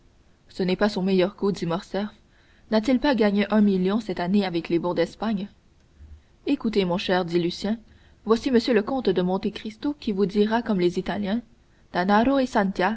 ce n'est pas son meilleur coup dit morcerf n'a-t-il pas gagné un million cette année avec les bons d'espagne écoutez mon cher dit lucien voici m le comte de monte cristo qui vous dira comme les italiens